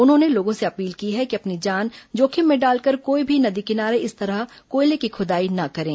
उन्होंने लोगों से अपील की है कि अपनी जान जोखिम में डालकर कोई भी नदी किनारे इस तरह कोयले की खुदाई न करें